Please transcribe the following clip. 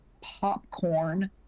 popcorn